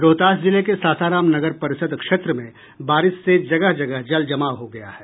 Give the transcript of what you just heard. रोहतास जिले के सासाराम नगर परिषद क्षेत्र में बारिश से जगह जगह जल जमाव हो गया है